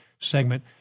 segment